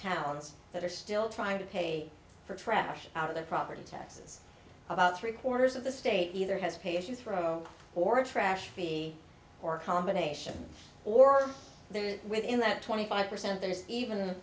towns that are still trying to pay for trash out of their property taxes about three quarters of the state either has pay as you throw or trash he or combination or the within that twenty five percent there is even